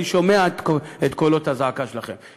אני שומע את קולות הזעקה שלכם,